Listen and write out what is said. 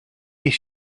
die